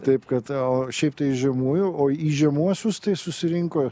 taip kad o šiaip tai žemųjų o į žemuosius tai susirinko